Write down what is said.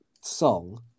song